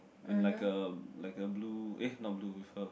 like a like a blue eh not blue with her